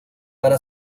para